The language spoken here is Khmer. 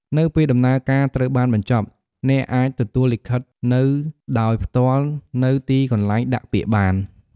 នៅពេលដំណើរការត្រូវបានបញ្ចប់ អ្នកអាចទទួលលិខិតនៅដោយផ្ទាល់នៅទីកន្លែងដាក់ពាក្យបាន។